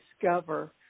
discover